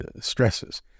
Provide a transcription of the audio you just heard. stresses